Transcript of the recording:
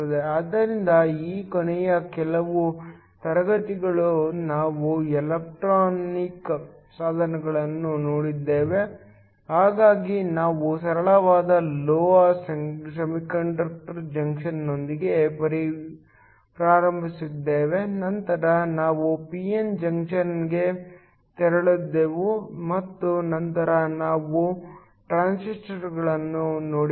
ಆದ್ದರಿಂದ ಈ ಕೊನೆಯ ಕೆಲವು ತರಗತಿಗಳು ನಾವು ಎಲೆಕ್ಟ್ರಾನಿಕ್ ಸಾಧನಗಳನ್ನು ನೋಡಿದ್ದೇವೆ ಹಾಗಾಗಿ ನಾವು ಸರಳವಾದ ಲೋಹದ ಸೆಮಿಕಂಡಕ್ಟರ್ ಜಂಕ್ಷನ್ನೊಂದಿಗೆ ಪ್ರಾರಂಭಿಸಿದ್ದೇವೆ ನಂತರ ನಾವು p n ಜಂಕ್ಷನ್ಗೆ ತೆರಳಿದೆವು ಮತ್ತು ನಂತರ ನಾವು ಟ್ರಾನ್ಸಿಸ್ಟರ್ಗಳನ್ನು ನೋಡಿದೆವು